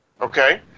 Okay